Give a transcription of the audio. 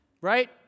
right